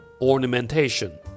ornamentation